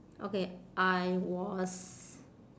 okay I was